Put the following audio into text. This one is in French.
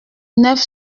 neuf